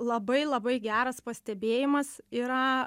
labai labai geras pastebėjimas yra